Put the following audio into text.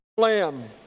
lamb